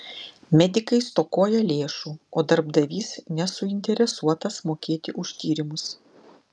medikai stokoja lėšų o darbdavys nesuinteresuotas mokėti už tyrimus